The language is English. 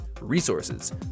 resources